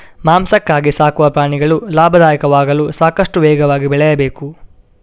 ಮಾಂಸಕ್ಕಾಗಿ ಸಾಕುವ ಪ್ರಾಣಿಗಳು ಲಾಭದಾಯಕವಾಗಲು ಸಾಕಷ್ಟು ವೇಗವಾಗಿ ಬೆಳೆಯಬೇಕು